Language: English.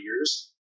years